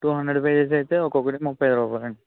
two hundred pages అయితే ఒక్కక్కటి ముప్పై రూపాయలు అండి